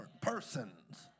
persons